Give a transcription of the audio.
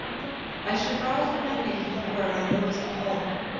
i should rise a maniac if ever i rose at all.